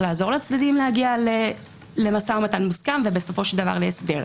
לעזור לצדדים להגיע למשא ומתן מוסכם ובסופו של דבר להסדר.